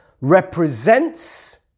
represents